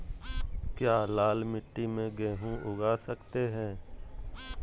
क्या लाल मिट्टी में गेंहु उगा स्केट है?